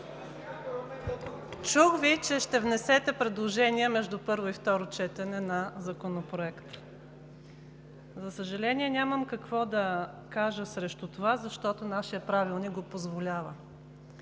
Чух Ви, че ще внесете предложения между първо и второ четене на Законопроекта. За съжаление, нямам какво да кажа срещу това, защото нашият Правилник го позволява.